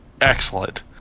excellent